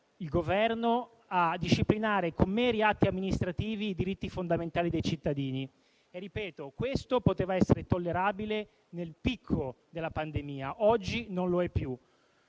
il Governo a disciplinare con meri atti amministrativi i diritti fondamentali dei cittadini. Ripeto che questo poteva essere tollerabile nel picco della pandemia, mentre oggi non lo è più.